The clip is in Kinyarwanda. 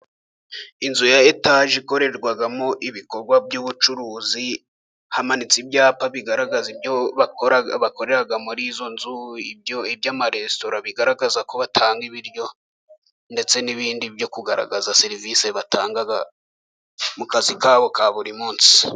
Inzu ya etaje ikorerwamo ibikorwa by'ubucuruzi, hamanitse ibyapa bigaragaza ibyo bakorera muri izo nzu, iby'amaresitora bigaragaza ko batanga ibiryo ndetse n'ibindi byo kugaragaza serivisi batanga mu kazi kabo ka buri munsi.